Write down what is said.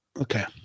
Okay